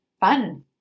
fun